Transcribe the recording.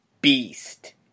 beast